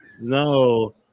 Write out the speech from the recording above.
No